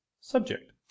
subject